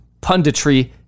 punditry